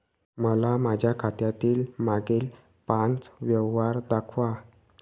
मला माझ्या खात्यातील मागील पांच व्यवहार दाखवा